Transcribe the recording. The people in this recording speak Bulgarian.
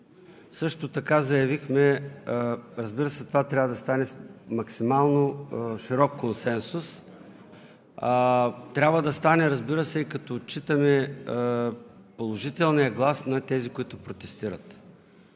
избори. Разбира се, това трябва да стане максимално в широк консенсус, трябва да стане, разбира се, и като отчитаме положителния глас на тези, които протестират.